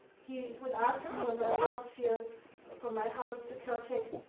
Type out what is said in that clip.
he would ask me on our walks here from my house to caltech,